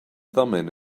thummim